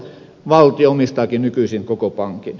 valtio omistaakin nykyisin koko pankin